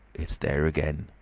it's there again,